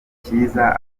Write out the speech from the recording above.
cyiza